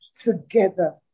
together